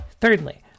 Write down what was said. Thirdly